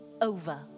over